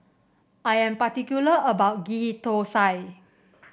I am particular about Ghee Thosai